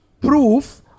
proof